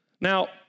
Now